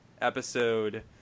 episode